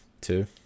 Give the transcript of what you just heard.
Two